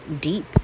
deep